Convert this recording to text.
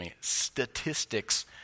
statistics